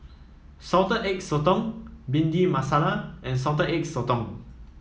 Salted Egg Sotong Bhindi Masala and Salted Egg Sotong